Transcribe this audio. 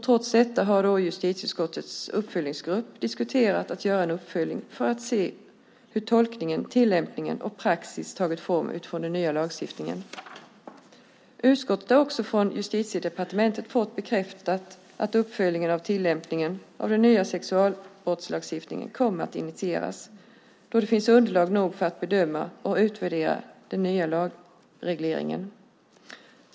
Trots detta har justitieutskottets uppföljningsgrupp diskuterat att göra en uppföljning för att se hur tolkning, tillämpning och praxis tagit form utifrån den nya lagstiftningen. Utskottet har också från Justitiedepartementet fått bekräftat att en uppföljning av tillämpningen av den nya sexualbrottslagstiftningen kommer att initieras när det finns underlag nog för att bedöma och utvärdera den nya lagregleringen.